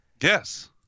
Yes